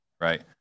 right